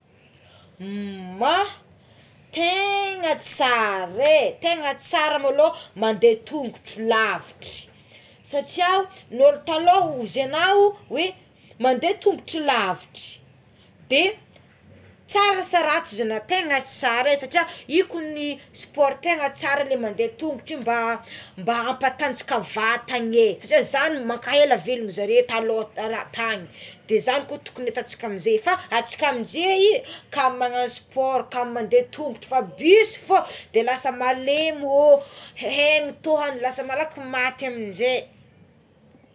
Moa tegna tsara é tegna tsara maloha mandé tongotro lavitry satria ny olo taloha ozy egnao oe mande tongotro lavitra de tsara sa ratsy ozy egnao tegna tsara é satria io kogny sport tegna tsara le mandeha tongotro io mba ampatanjaka vatana é zagny makaela velogna zareo taloha raha tagny de zagny ko tokony atantsika amignize fa isika amignizey kamo magnagno sport kamo mandeha tongotro fa bus fogna de lasa malemy o haigny togno lasa malaky maty amize.